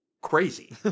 crazy